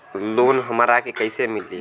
Loan हमरा के कईसे मिली?